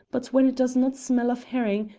but when it does not smell of herring,